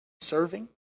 serving